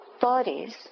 bodies